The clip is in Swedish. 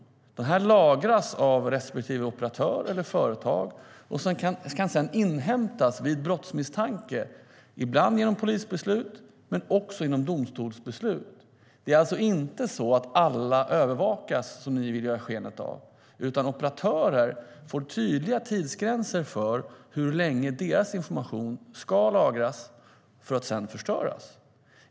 Informationen lagras av respektive operatör eller företag och kan sedan inhämtas vid brottsmisstanke, ibland genom polisbeslut men också genom domstolsbeslut. Det är alltså inte så att alla övervakas, som ni vill ge sken av, utan operatörer får tydliga tidsgränser för hur länge deras information ska lagras för att sedan förstöras.